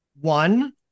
One